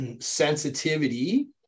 sensitivity